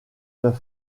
neuf